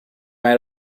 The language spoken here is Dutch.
mij